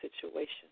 situation